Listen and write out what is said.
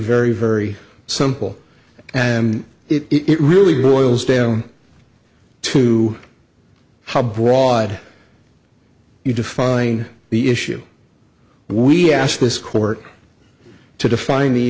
very very simple and it really boils down to how broad you define the issue we ask this court to define the